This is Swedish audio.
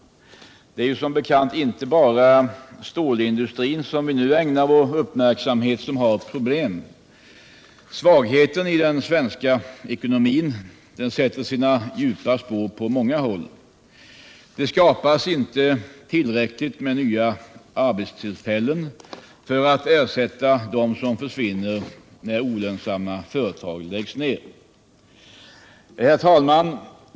Det är som bekant inte bara stålindustrin, som vi nu ägnar vår uppmärksamhet, som har problem. Svagheten i den svenska ekonomin sätter sina djupa spår på många håll. Det skapas inte tillräckligt med nya arbetstillfällen för att ersätta dem som försvinner när olönsamma företag läggs ned.